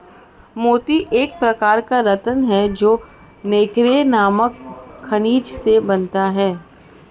मोती एक प्रकार का रत्न है जो नैक्रे नामक खनिज से बनता है